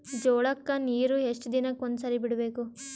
ಜೋಳ ಕ್ಕನೀರು ಎಷ್ಟ್ ದಿನಕ್ಕ ಒಂದ್ಸರಿ ಬಿಡಬೇಕು?